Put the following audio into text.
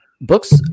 books